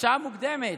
השעה המוקדמת.